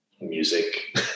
music